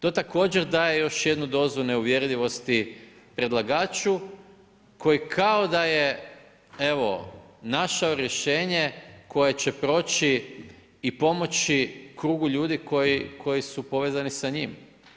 To također daje još jednu dozu neuvjerljivosti predlagaču koji kao da je evo našao rješenje koje će proći i pomoći krugu ljudi koji su povezani sa njima.